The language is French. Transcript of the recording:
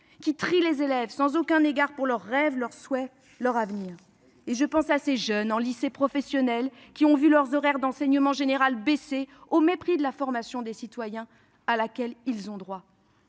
et les trie sans aucun égard pour leurs rêves, leurs souhaits, leur avenir. Et je pense à ces jeunes qui, en lycée professionnel, ont vu baisser leurs heures d'enseignement général, au mépris de la formation de citoyen à laquelle ils ont droit.